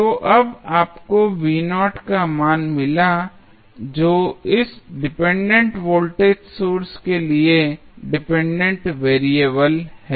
तो अब आपको का मान मिला जो इस डिपेंडेंट वोल्टेज सोर्स के लिए डिपेंडेंट वेरिएबल है